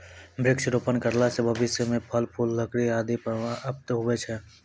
वृक्षारोपण करला से भविष्य मे फल, फूल, लकड़ी आदि प्राप्त हुवै छै